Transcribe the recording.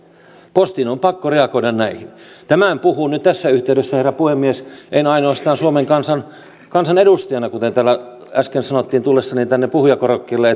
postin on on pakko reagoida näihin tämän en puhu nyt tässä yhteydessä herra puhemies ainoastaan suomen kansan kansanedustajana täällä äsken sanottiin tullessani tänne puhujakorokkeelle